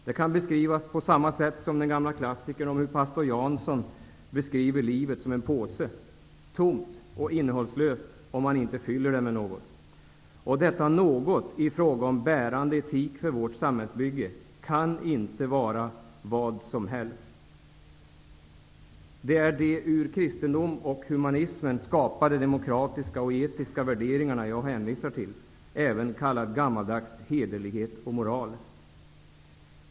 Det kan beskrivas på samma sätt som den gamla klassikern om hur pastor Jansson beskriver livet som en påse; tomt och innehållslöst, om man inte fyller det med något. Detta något, i fråga om en bärande etik för vårt samhällsbygge, kan inte vara vad som helst. Det är de ur kristendomen och humanismen skapade demokratiska och etiska värderingarna jag hänvisar till. Även det som kallas gammaldags hederlighet och moral.